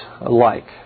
alike